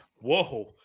Whoa